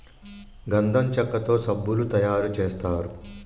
గంధం చెక్కతో సబ్బులు తయారు చేస్తారు